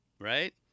Right